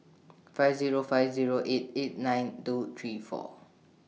five Zero five Zero eight eight nine two three four